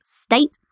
state